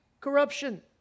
corruption